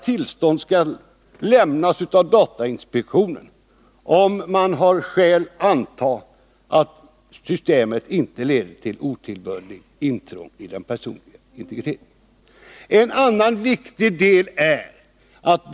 Tillstånd skall lämnas av datainspektionen, om det finns skäl anta att systemet inte leder till otillbörligt intrång i den personliga integriteten.